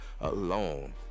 alone